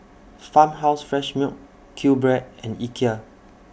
Farmhouse Fresh Milk QBread and Ikea